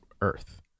earth